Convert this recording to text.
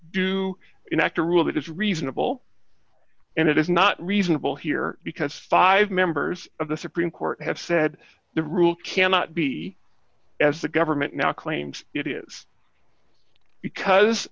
a rule that is reasonable and it is not reasonable here because five members of the supreme court have said the rule cannot be as the government now claims it is because